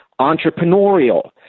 entrepreneurial